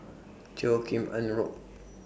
Teo Kim Eng Road